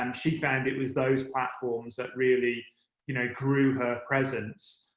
um she found it was those platforms that really you know grew her presence.